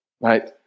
Right